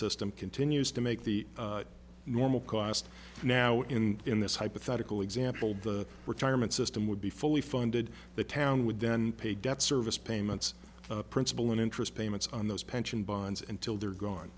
system continues to make the normal cost now in in this hypothetical example the retirement system would be fully funded the town would then pay debt service payments principal and interest payments on those pension bonds and till they're gone